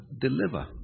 deliver